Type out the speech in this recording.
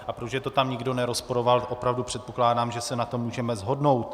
A protože to tam nikdo nerozporoval, opravdu předpokládám, že se na tom můžeme shodnout.